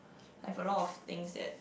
I have a lot of things that